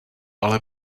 ale